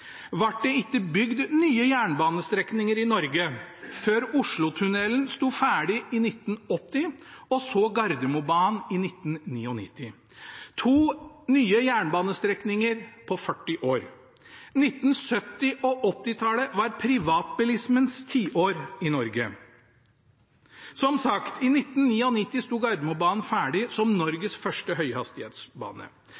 ble det ikke bygd nye jernbanestrekninger i Norge før Oslotunnelen sto ferdig i 1980, og så Gardermobanen i 1999 – to nye jernbanestrekninger på 40 år. 1970- og 1980-tallet var privatbilismens tiår i Norge. Som sagt: I 1999 sto Gardermobanen ferdig som Norges første høyhastighetsbane.